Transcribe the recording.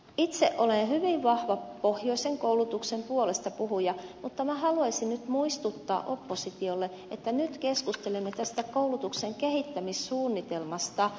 itse olen hyvin vahva pohjoisen koulutuksen puolestapuhuja mutta minä haluaisin nyt muistuttaa oppositiolle että nyt keskustelemme tästä koulutuksen kehittämissuunnitelmasta